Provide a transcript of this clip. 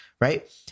right